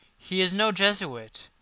he is no jesuit!